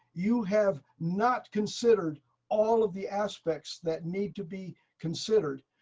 you have not considered all of the aspects that need to be considered.